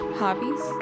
hobbies